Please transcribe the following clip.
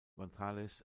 gonzález